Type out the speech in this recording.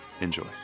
Enjoy